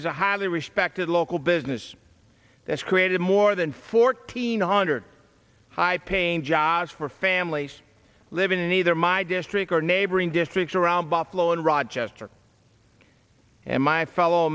is a highly respected local business that's created more than fourteen hundred high paying jobs for families living in either my district or neighboring picture around buffalo and rochester and my fellow